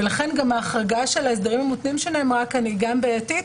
ולכן גם ההחרגה של ההסדרים המותנים שנאמרה כאן היא גם בעייתית.